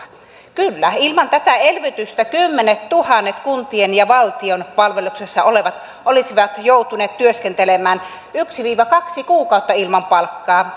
kyllä ilman tätä elvytystä kymmenet tuhannet kuntien ja valtion palveluksessa olevat olisivat joutuneet työskentelemään yksi viiva kaksi kuukautta ilman palkkaa